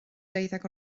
deuddeg